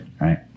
right